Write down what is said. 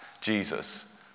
Jesus